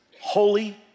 holy